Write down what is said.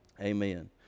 Amen